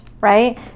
right